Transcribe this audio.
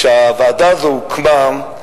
כשהוועדה הזאת הוקמה,